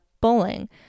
bowling